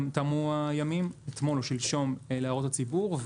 תמו הימים -אתמול או שלשום להערות הציבור.